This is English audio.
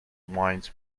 wines